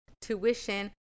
tuition